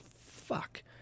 fuck